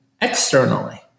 externally